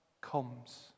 comes